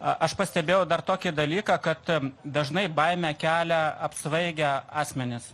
aš pastebėjau dar tokį dalyką kad dažnai baimę kelia apsvaigę asmenys